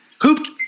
hooped